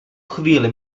chvíli